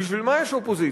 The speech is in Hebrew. בשביל מה יש אופוזיציה?